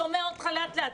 שומע אותך לאט לאט.